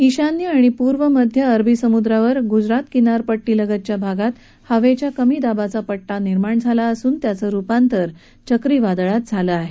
ईशान्य आणि पूर्वमध्य अरबी समुद्रावर ग्जरात किनारपट्टीलगतच्या भागात हवेच्या कमी दाबाचा पट्टा निर्माण झाला असून त्याचं रुपांतर चक्रीवादळात झालं आहे